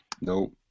Nope